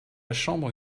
chambre